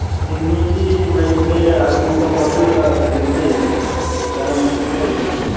ꯆꯤꯅꯤꯗꯤ ꯂꯩꯇ꯭ꯔꯦ ꯑꯂꯨꯒ ꯃꯔꯣꯏꯒ ꯀꯔꯤꯒꯗꯤ ꯂꯩꯌꯦ ꯆꯅꯝꯒꯨꯝꯕꯗꯤ ꯂꯩꯌꯦ